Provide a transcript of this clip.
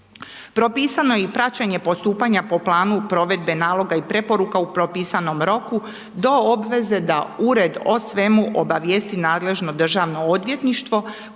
Propisano je i praćenje postupanja po planu provedbe naloga i preporuka u propisanom roku do obveze da Ured o svemu obavijesti nadležno Državno odvjetništvo